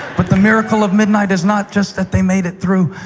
but the miracle of midnight is not just that they made it through.